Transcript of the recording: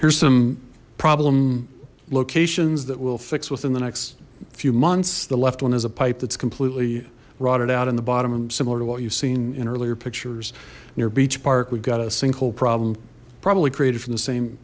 here's some problem locations that we'll fix within the next few months the left one is a pipe that's completely rotted out in the bottom similar to what you've seen in earlier pictures near beach park we've got a sinkhole problem probably created from the same